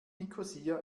nikosia